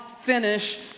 finish